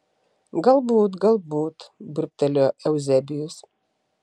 galbūt galbūt burbtelėjo euzebijus